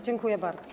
Dziękuję bardzo.